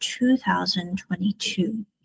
2022